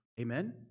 Amen